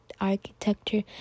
architecture